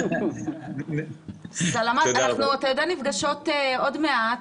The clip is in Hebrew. אנחנו נפגשות עוד מעט,